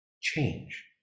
change